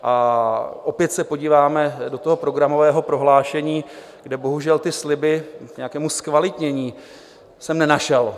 A opět se podíváme do programového prohlášení, kde bohužel ty sliby k nějakému zkvalitnění jsem nenašel.